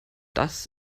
das